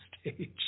stage